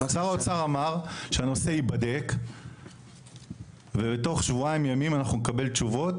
שר האוצר אמר שהנושא ייבדק ובתוך שבועיים ימים אנחנו נקבל תשובות